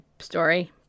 story